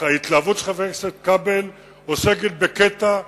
ההתלהבות של חבר הכנסת כבל עוסקת בקטע משני,